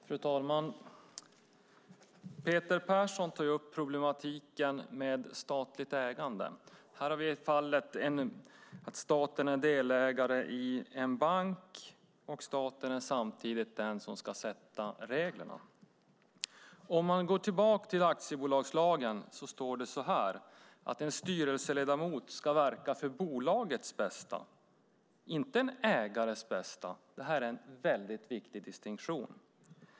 Fru talman! Peter Persson tar upp problematiken med statligt ägande. Här har vi det fallet att staten är delägare i en bank, och staten är samtidigt den som ska sätta reglerna. Om man går tillbaka till aktiebolagslagen står det så här: En styrelseledamot ska verka för bolagets bästa. Det är inte för en ägares bästa. Det här är en väldigt viktig distinktion.